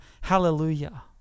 Hallelujah